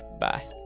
Bye